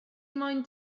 moyn